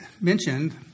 mentioned